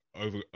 over